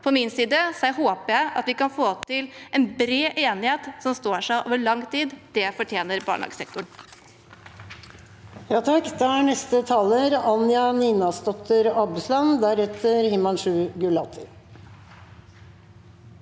Fra min side håper jeg at vi kan få til en bred enighet som står seg over lang tid. Det fortjener barnehagesektoren.